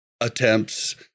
attempts